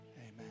amen